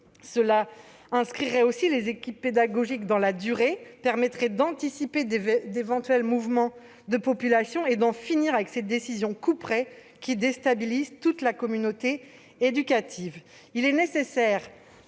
Cela inscrirait les équipes pédagogiques dans la durée et permettrait d'anticiper d'éventuels mouvements de population et d'en finir avec ces décisions couperets, qui déstabilisent toute la communauté éducative.